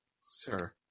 sir